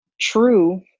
true